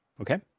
Okay